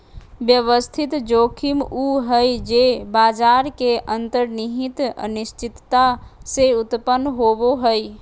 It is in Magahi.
व्यवस्थित जोखिम उ हइ जे बाजार के अंतर्निहित अनिश्चितता से उत्पन्न होवो हइ